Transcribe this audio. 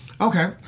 Okay